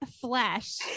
flesh